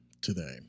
today